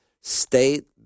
State